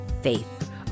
Faith